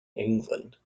england